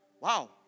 wow